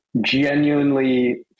genuinely